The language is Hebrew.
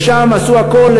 ושם עשו הכול,